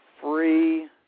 free